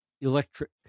electric